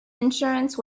insurance